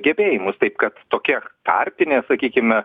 gebėjimus taip kad tokia tarpinė sakykime